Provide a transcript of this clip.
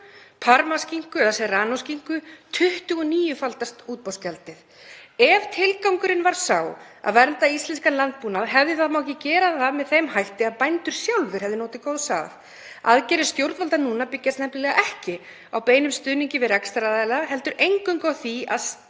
parmaskinku eða serranóskinku, 29-faldast útboðsgjaldið. Ef tilgangurinn var sá að vernda íslenskan landbúnað, hefði þá ekki mátt gera það með þeim hætti að bændur sjálfir hefðu notið góðs af? Aðgerðir stjórnvalda núna byggjast nefnilega ekki á beinum stuðningi við rekstraraðila heldur eingöngu á því að skerða